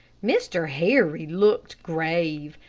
mr. harry looked grave,